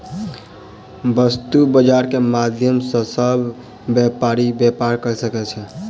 वस्तु बजार के माध्यम सॅ सभ व्यापारी व्यापार कय सकै छै